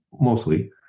mostly